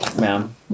ma'am